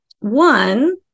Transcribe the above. One